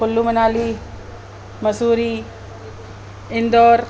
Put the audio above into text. Kullu Manali Mussoorie Indore